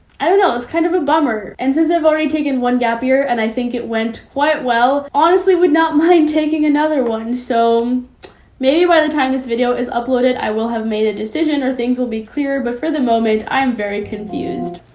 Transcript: i don't know, it's kind of a bummer. and since i've already taken one gap year and i think it went quite well, honestly would not mind taking another one. so maybe by the time this video is uploaded, i will have made a decision or things will be clearer, but for the moment i'm very confused.